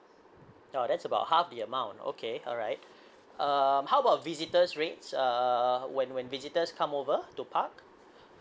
oh that's about half the amount okay alright um how about visitor's rate uh when when visitors come over to park